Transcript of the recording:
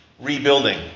rebuilding